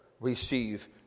receive